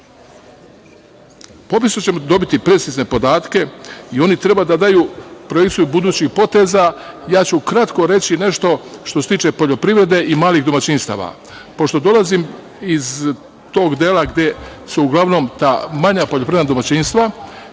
ćemo dobiti precizne podatke i oni trebaju da daju projekciju budućih poteza. Kratko ću reći nešto što se tiče poljoprivrede i malih domaćinstava. Pošto dolazim iz tog dela gde su uglavnom ta manja poljoprivredna domaćinstva,